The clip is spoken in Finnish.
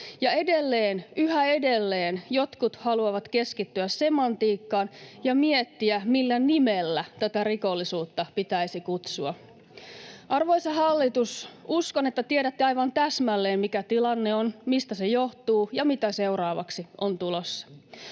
yhä edelleen, jotkut haluavat keskittyä semantiikkaan ja miettiä, millä nimellä tätä rikollisuutta pitäisi kutsua. Arvoisa hallitus! Uskon, että tiedätte aivan täsmälleen, mikä tilanne on, mistä se johtuu, ja mitä seuraavaksi on tulossa.